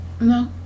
No